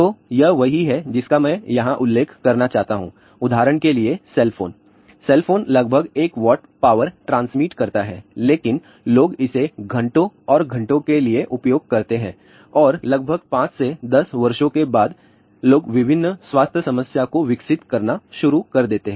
तो यह वही है जिसका मैं यहां उल्लेख करना चाहता हूं उदाहरण के लिए सेल फोन सेल फोन लगभग 1 वाट पावर ट्रांसमिट करता है लेकिन लोग इसे घंटों और घंटों के लिए उपयोग करते हैं और लगभग 5 से 10 वर्षों के बाद लोग विभिन्न स्वास्थ्य समस्या को विकसित करना शुरू कर देते हैं